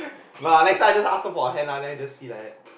no lah next time just ask her for her hand lah then just see like that